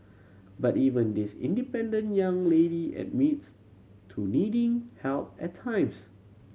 but even this independent young lady admits to needing help at times